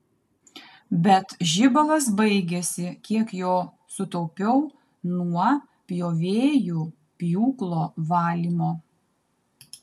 bet žibalas baigėsi kiek jo sutaupiau nuo pjovėjų pjūklo valymo